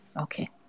okay